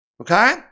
Okay